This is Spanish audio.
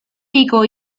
pico